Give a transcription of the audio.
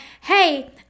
hey